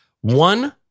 One